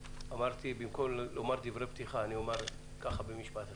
במקום לומר דברי פתיחה, אני אומר משפט אחד.